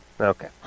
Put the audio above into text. Okay